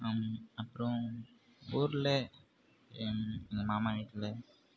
அப்புறம் ஊரில் எங்கள் மாமா வீட்டில்